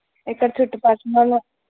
ఇక్కడ చుట్టుపక్కన వాళ్ళు